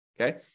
Okay